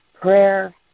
prayer